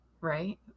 right